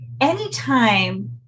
anytime